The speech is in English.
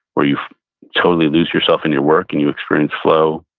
where you totally lose yourself in your work and you experience flow.